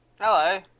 hello